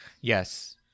Yes